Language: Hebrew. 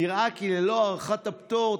נראה כי ללא הארכת הפטור,